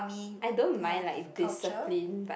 I don't mind lah if discipline but